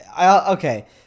okay